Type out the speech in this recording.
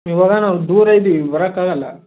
ಇವಾಗ ನಾವು ದೂರ ಇದ್ದೀವಿ ಬರೋಕ್ಕಾಗಲ್ಲ